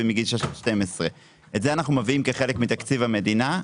מגיל 6 עד 12. את זה אנחנו מביאים כחלק מתקציב המדינה.